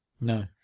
No